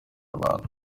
abantu